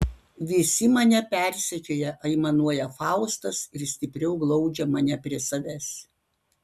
visi mane persekioja aimanuoja faustas ir stipriau glaudžia mane prie savęs